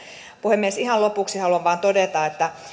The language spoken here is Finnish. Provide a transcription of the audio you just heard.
puhemies ihan lopuksi haluan vain todeta että